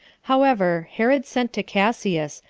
however, herod sent to cassius,